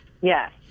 Yes